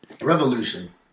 Revolution